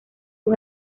sus